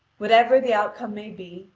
whatever the outcome may be,